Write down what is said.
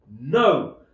No